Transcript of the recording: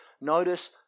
Notice